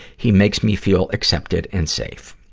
he makes me feel accepted and safe.